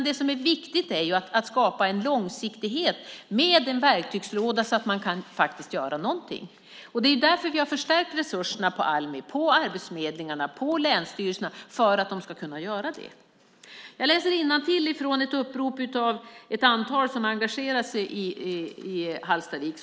Det är viktigt att skapa en långsiktighet med en verktygslåda så att man kan göra någonting. Det är därför vi har förstärkt resurserna till Almi, Arbetsförmedlingen och länsstyrelserna för att de ska kunna göra det. Jag ska läsa innantill från ett upprop från ett antal personer som engagerat sig i Hallstavik.